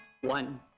one